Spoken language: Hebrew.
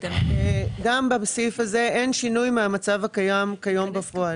גם בסעיף הזה אין שינוי מהמצב הקיים כיום בפועל.